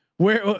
where,